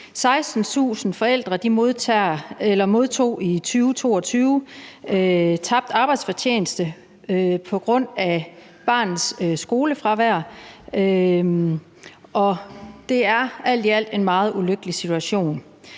16.000 forældre modtog i 2022 tabt arbejdsfortjeneste på grund af barns skolefravær, og det er alt i alt en meget ulykkelig situation.